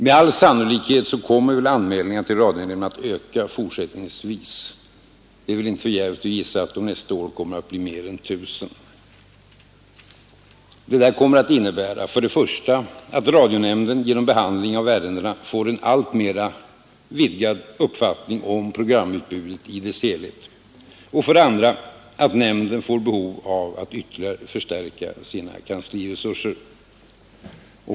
Med all sannolikhet kommer väl anmälningarna till radionämnden att fortsättningsvis öka. Det är väl inte för djärvt att gissa att det nästa år kommer att bli mer än 1 000. Detta kommer att innebära för det första att radionämnden genom behandling av ärendena får en alltmera vidgad uppfattning om programutbudet i dess helhet, och för det andra att nämnden får behov av att ytterligare förstärka sina kansliresurser.